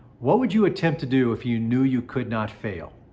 what would you attempt to do if you knew you could not fail?